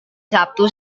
sabtu